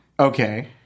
Okay